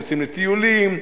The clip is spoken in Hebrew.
יוצאים לטיולים,